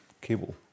cable